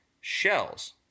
shells